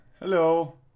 Hello